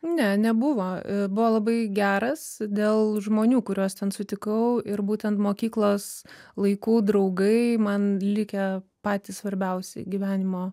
ne nebuvo ir buvo labai geras dėl žmonių kuriuos ten sutikau ir būtent mokyklos laikų draugai man likę patys svarbiausi gyvenimo